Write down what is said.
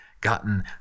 gotten